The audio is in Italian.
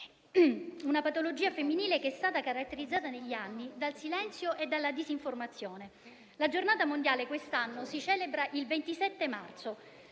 una patologia femminile che è stata caratterizzata negli anni dal silenzio e dalla disinformazione. La giornata mondiale quest'anno si celebra il 27 marzo.